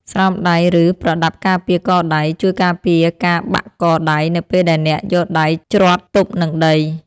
ស្រោមដៃ ឬប្រដាប់ការពារកដៃ ជួយការពារការបាក់កដៃនៅពេលដែលអ្នកយកដៃជ្រត់ទប់នឹងដី។